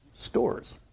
stores